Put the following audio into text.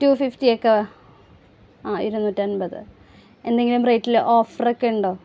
to fifty ഒക്കെ ആ ഇരുന്നൂറ്റമ്പത് എന്തെങ്കിലും റേറ്റിൽ ഓഫർ ഒക്കെയുണ്ടോ